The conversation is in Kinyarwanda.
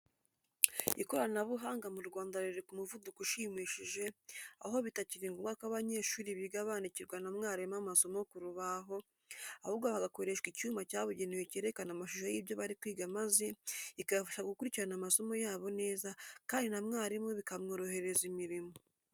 Ikoranabuhanga mu Rwanda riri ku muvuduko ushimishije aho bitakiri ngombwa ko abanyeshuri biga bandikirwa na mwarimu amasomo ku rubaho, ahubwo hagakoreshwa icyuma cyabugenewe cyerekana amashusho y'ibyo bari kwiga maze bikabafasha gukurikira amasomo yabo neza kandi na mwarimu bikamworohereza imirimo.